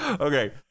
Okay